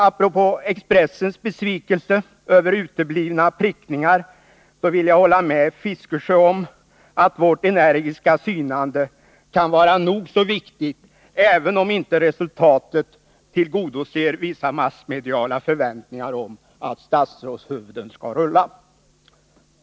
Apropå Expressens besvikelse över uteblivna prickningar vill jag hålla med Bertil Fiskesjö om att vårt energiska synande kan vara nog så viktigt, även om inte resultatet tillgodoser vissa massmediala förväntningar om att statsrådshuvuden skall rulla.